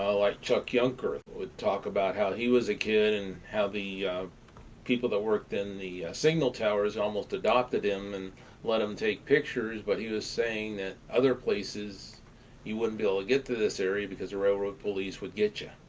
ah like chuck yungkurth, would talk about how he was a kid and how the people that worked in the signal towers almost adopted him and let him take pictures. but he was saying that other places you wouldn't be able to get to this area because the railroad police would get you.